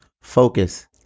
focus